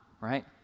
Right